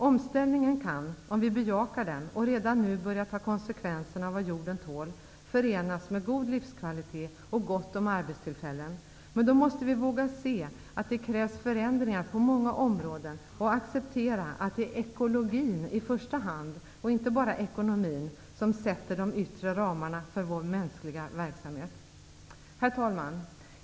Omställningen kan, om vi bejakar den och redan nu börjar ta konsekvenserna av vad jorden tål, förenas med god livskvalitet och gott om arbetstillfällen. Men då måste vi våga se att det krävs förändringar på många områden och acceptera att det är ekologin i första hand och inte bara ekonomin som sätter de yttre ramarna för vår mänskliga verksamhet. Herr talman!